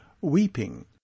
weeping